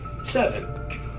seven